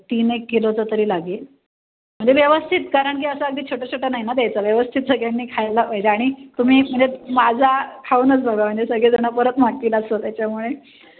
तीन एक किलोचं तरी लागेल म्हणजे व्यवस्थित कारण की असं अगदी छोटं छोटं नाही ना द्यायचं व्यवस्थित सगळ्यांनी खायला पाहिजे आणि तुम्ही म्हणजे माझा खाऊनच बघा म्हणजे सगळेजणं परत मागतील असं त्याच्यामुळे